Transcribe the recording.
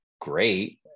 great